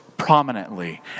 Prominently